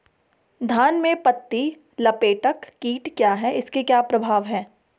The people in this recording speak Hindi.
धान में पत्ती लपेटक कीट क्या है इसके क्या प्रभाव हैं?